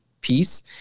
piece